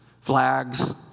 flags